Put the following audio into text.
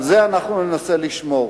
על זה ננסה לשמור.